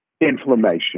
inflammation